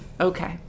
Okay